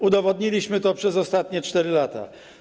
Udowodniliśmy to przez ostatnie 4 lata.